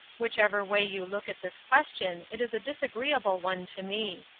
whichever way you look at this question it is a disagreeable one to me.